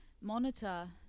monitor